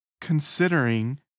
considering